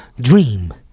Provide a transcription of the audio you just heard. Dream